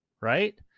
right